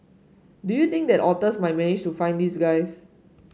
do you think the otters might manage to find these guys